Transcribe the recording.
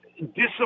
discipline